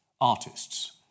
artists